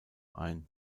ein